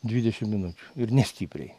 dvidešim minučių ir nestipriai